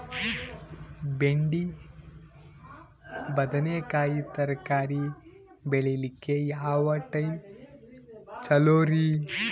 ಬೆಂಡಿ ಬದನೆಕಾಯಿ ತರಕಾರಿ ಬೇಳಿಲಿಕ್ಕೆ ಯಾವ ಟೈಮ್ ಚಲೋರಿ?